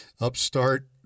upstart